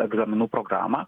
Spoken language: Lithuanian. egzaminų programą